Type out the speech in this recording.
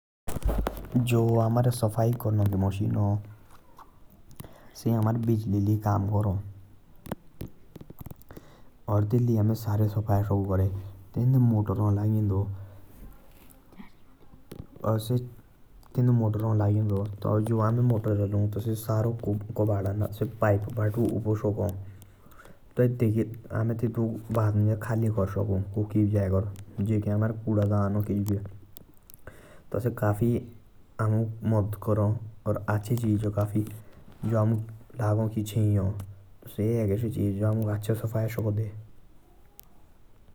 जो हमारे सफाई करना के मेशीन ह । से बिजली लाई कम करा से सारे सफाई सका करें। तेन्दो मोटर ह लागिएंदो। जो तेन्दो मोटर ह लागिएंदो से सारो कनाडा उभो शोका।